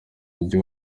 mujyi